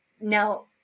now